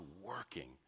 working